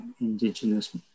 indigenous